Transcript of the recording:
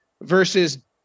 versus